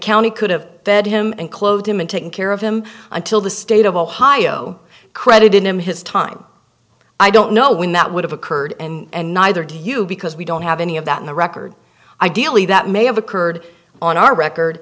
county could have fed him and clothed him and taken care of him until the state of ohio credit in him his time i don't know when that would have occurred and neither do you because we don't have any of that in the record ideally that may have occurred on our record